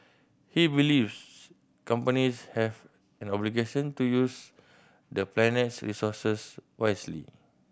he believes companies have an obligation to use the planet's resources wisely